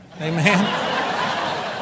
Amen